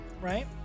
right